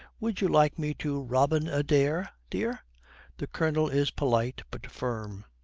would you like me to robin adair, dear the colonel is polite, but firm,